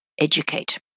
educate